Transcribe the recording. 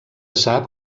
sap